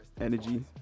Energy